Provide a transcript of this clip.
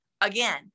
Again